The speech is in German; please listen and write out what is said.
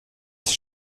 ist